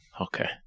Okay